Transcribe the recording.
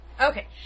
Okay